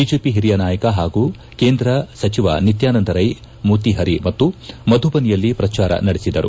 BJP ಓರಿಯ ನಾಯಕ ಪಾಗೂ ಕೇಂದ್ರ ಸಚಿವ ನಿತ್ಕಾನಂದ ರೈ ಮೋಹಿಹರಿ ಮತ್ತು ಮಧುಬನಿಯಲ್ಲಿ ಪ್ರಚಾರ ನಡೆಸಿದರು